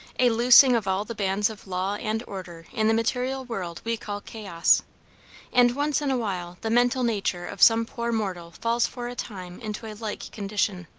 a loosing of all the bands of law and order in the material world we call chaos and once in a while the mental nature of some poor mortal falls for a time into a like condition.